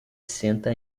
senta